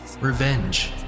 revenge